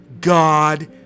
God